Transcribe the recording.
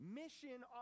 mission